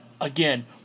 again